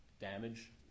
damage